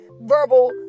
verbal